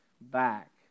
back